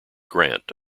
grant